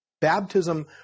Baptism